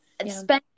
spending